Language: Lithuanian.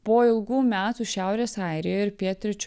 po ilgų metų šiaurės airijoj ir pietryčių